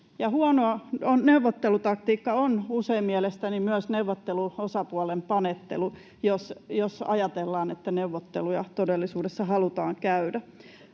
huonoa neuvottelutaktiikkaa on usein mielestäni myös neuvotteluosapuolen panettelu, jos ajatellaan, että neuvotteluja todellisuudessa halutaan käydä.